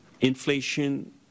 Inflation